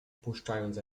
opuszczając